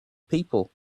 people